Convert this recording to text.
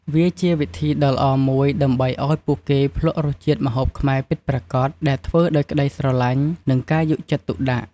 វាជាវិធីដ៏ល្អមួយដើម្បីឲ្យពួកគេភ្លក្សរសជាតិម្ហូបខ្មែរពិតប្រាកដដែលធ្វើដោយក្ដីស្រឡាញ់ និងការយកចិត្តទុកដាក់។